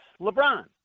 LeBron